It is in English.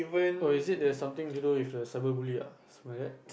oh is it the something to do with cyberbully ah something like that